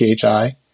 PHI